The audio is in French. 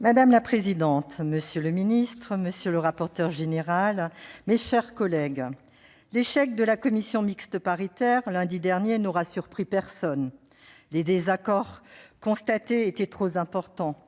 Madame la présidente, monsieur le ministre, mes chers collègues, l'échec de la commission mixte paritaire, lundi dernier, n'aura surpris personne, car les désaccords constatés étaient trop importants.